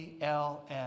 ALS